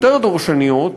יותר דורשניות,